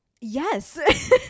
yes